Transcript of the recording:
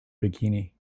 bikini